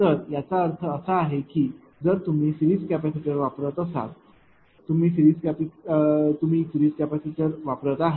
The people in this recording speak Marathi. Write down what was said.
तर याचा अर्थ असा आहे की जर तुम्ही सिरीज कपॅसिटर वापरत असाल तुम्ही सिरीज कपॅसिटर वापरत आहात